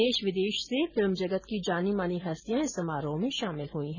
देश विदेश से फिल्म जगत की जानी मानी हस्तियां इस समारोह में शामिल हुई है